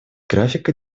графика